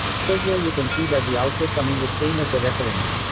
so here you can see that the output coming is same as the reference.